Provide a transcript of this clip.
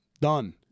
Done